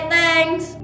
Thanks